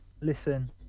Listen